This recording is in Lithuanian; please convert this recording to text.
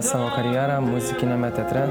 savo karjerą muzikiniame teatre